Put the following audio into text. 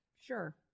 sure